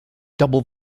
double